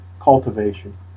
cultivation